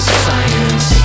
science